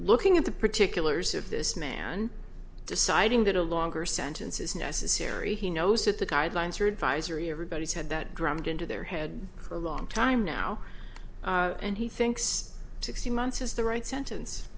looking at the particular years of this man deciding that a longer sentence is necessary he knows that the guidelines are advisory everybody's had that drummed into their head for a long time now and he thinks sixty months is the right sentence